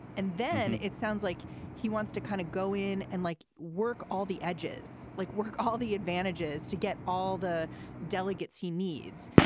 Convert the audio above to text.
and then it sounds like he wants to kind of go in and like work all the edges, like work, all the advantages to get all the delegates he needs.